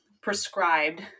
prescribed